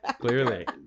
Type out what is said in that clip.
clearly